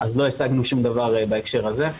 אז לא השגנו שום דבר בהקשר הזה.